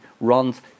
runs